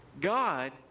God